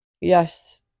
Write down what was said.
yes